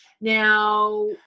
now